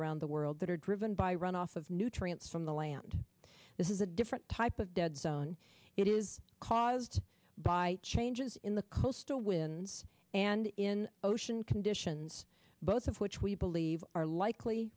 around the world that are driven by runoff of nutrients from the land this is a different type of dead zone it is caused by changes in the coastal winds and in ocean conditions both of which we believe are likely